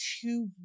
two